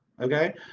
Okay